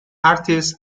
artists